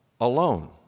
alone